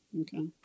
Okay